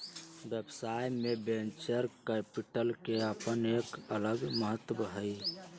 व्यवसाय में venture capital के अपन एक अलग महत्व हई